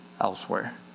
elsewhere